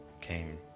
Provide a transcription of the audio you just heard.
came